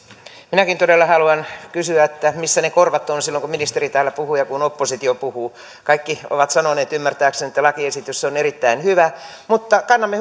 minäkin todella haluan kysyä missä ne korvat ovat silloin kun ministeri täällä puhuu ja kun oppositio puhuu kaikki ovat sanoneet ymmärtääkseni että lakiesitys on erittäin hyvä mutta kannamme